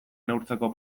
neurtzeko